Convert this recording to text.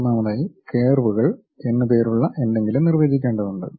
ഒന്നാമതായി കർവുകൾ എന്ന് പേരുള്ള എന്തെങ്കിലും നിർവചിക്കേണ്ടതുണ്ട്